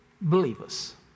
believers